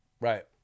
right